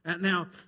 Now